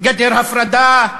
גדר הפרדה,